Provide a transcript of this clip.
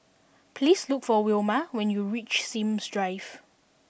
please look for Wilma when you reach Sims Drive